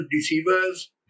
deceivers